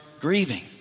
grieving